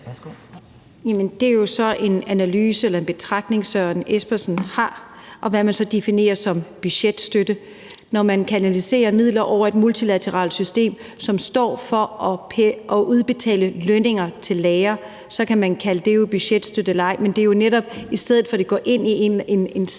Det er jo så en analyse eller betragtning, som Søren Espersen har, i forhold til hvad man så definerer som budgetstøtte. Når man kanaliserer midler over i et multilateralt system, som står for at udbetale lønninger til lærere, så kan man kalde det budgetstøtte eller ej, men det er jo netop i stedet for, at det går til en stat,